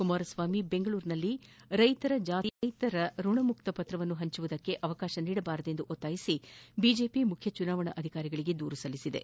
ಕುಮಾರಸ್ವಾಮಿ ಬೆಂಗಳೂರಿನಲ್ಲಿ ರೈತ ಜಾಥಾ ನಡೆಸಿ ರೈತ ಖುಣಮುಕ್ತ ಪತ್ರವನ್ನು ಪಂಚುವುದಕ್ಕೆ ಅವಕಾಶ ನೀಡಬಾರದೆಂದು ಒತ್ತಾಯಿಸಿ ಬಿಜೆಪಿ ಮುಖ್ಯ ಚುನಾವಣಾಧಿಕಾರಿಗಳಿಗೆ ದೂರು ಸಲ್ಲಿಸಿದೆ